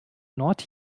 nord